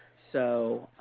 so